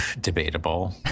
Debatable